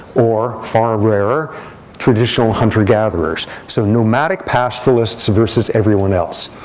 or far rarer traditional hunter-gatherers so nomadic pastoralists versus everyone else.